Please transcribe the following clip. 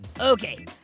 Okay